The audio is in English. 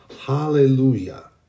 Hallelujah